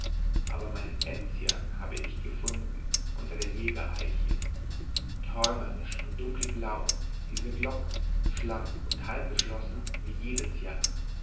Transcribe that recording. aber meinen enzian habe ich gefunden unter der jägereiche träumerisch und dunkelblau die glocke schlank und halb geschlossen wie jedes jahr